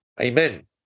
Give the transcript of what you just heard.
Amen